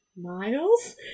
miles